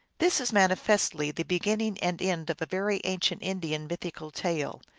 this is manifestly the beginning and end of a very ancient indian mythical tale.